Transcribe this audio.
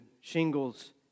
shingles